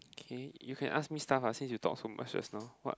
okay you can ask me stuff ah since you talk so much just now [what]